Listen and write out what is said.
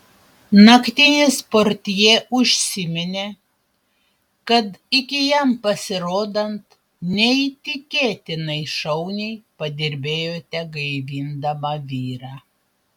naktinis portjė užsiminė kad iki jam pasirodant neįtikėtinai šauniai padirbėjote gaivindama vyrą